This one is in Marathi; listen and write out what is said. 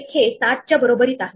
मी ते क्यू च्या शेवटी टाकणार आहे